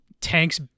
tanks